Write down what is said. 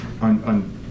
on